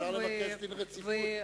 אפשר לבקש דין רציפות.